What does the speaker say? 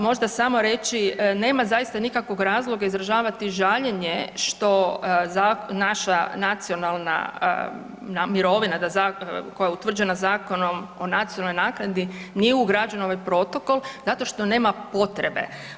Možda samo reći, nema zaista nikakvog razloga izražavati žaljenje što naša nacionalna mirovina koja je utvrđena Zakonom o nacionalnoj naknadi nije ugrađena u ovaj Protokol, zato što nema potrebe.